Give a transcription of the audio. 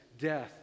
death